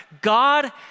God